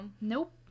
nope